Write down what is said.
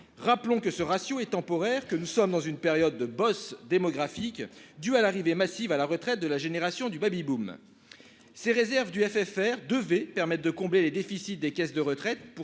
Rappelons que ce ratio est temporaire que nous sommes dans une période de bosse démographique due à l'arrivée massive à la retraite de la génération du baby-boom. Ces réserves du FFR devait permettent de combler les déficits des caisses de retraite pour